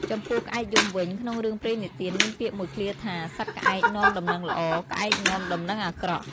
ចំពោះក្អែកយំវិញ ក្នុងរឿងព្រេងនិទានមានពាក្យមួយឃ្លាថា "សត្វក្អែកនាំដំណឹងល្អ ក្អែកនាំដំណឹងអាក្រក់"។